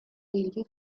railway